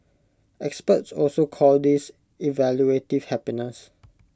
experts also call this evaluative happiness